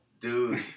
Dude